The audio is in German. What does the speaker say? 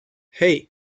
hei